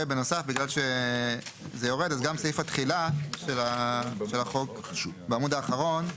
ובנוסף בגלל שזה יורד אז גם סעיף התחילה של החוק בעמוד האחרון,